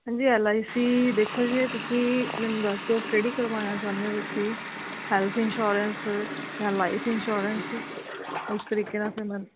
ਹਾਂਜੀ ਐਲਆਈਸੀ ਦੇਖੋ ਜੇ ਤੁਸੀਂ ਮੈਨੂੰ ਦੱਸੋ ਕਿਹੜੀ ਕਰਵਾਉਣਾ ਚਾਹੁੰਦੇ ਹੋ ਤੁਸੀਂ ਹੈਲਥ ਇੰਸ਼ੋਰੈਂਸ ਜਾਂ ਲਾਈਫ ਇੰਸ਼ੋਰੈਂਸ ਉਸ ਤਰੀਕੇ ਨਾਲ ਫਿਰ ਮੈਂ